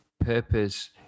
purpose